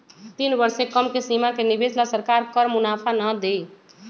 तीन वर्ष से कम के सीमा के निवेश ला सरकार कर मुनाफा ना देई